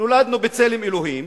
נולדנו בצלם אלוהים.